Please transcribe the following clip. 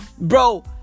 bro